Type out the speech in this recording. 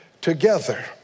together